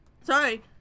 Sorry